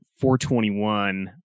421